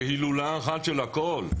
זה הילולה אחת של הכול.